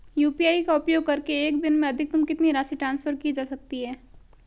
UPI का उपयोग करके एक दिन में अधिकतम कितनी राशि ट्रांसफर की जा सकती है?